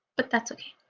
but that's okay.